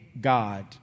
God